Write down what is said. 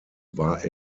war